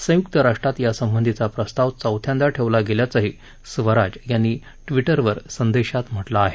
संयुक्त राष्ट्रात यासंबधीचा प्रस्ताव चौथ्यांदा ठेवला गेल्याचही स्वराज यांनी ट्विटर संदेशात म्हटलं आहे